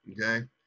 Okay